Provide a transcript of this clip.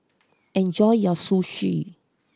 enjoy your Zosui